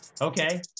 Okay